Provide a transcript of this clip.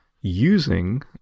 using